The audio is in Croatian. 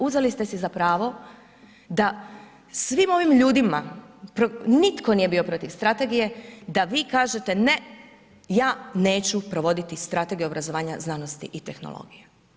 Uzeli ste si za pravo da svim ovim ljudima, nitko nije bio protiv strategije da vi kažete ne, ja neću provoditi Strategiju obrazovanja, znanosti i tehnologije.